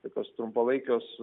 tokios trumpalaikės